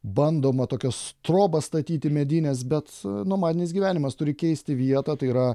bandoma tokias trobas statyti medines bet nomadinis gyvenimas turi keisti vietą tai yra